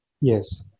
Yes